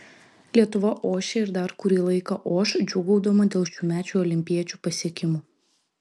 lietuva ošia ir dar kurį laiką oš džiūgaudama dėl šiųmečių olimpiečių pasiekimų